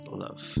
love